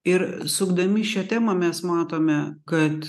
ir sukdami šią temą mes matome kad